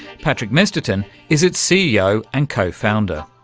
patrick mesterton is its ceo and co-founder.